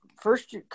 first